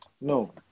No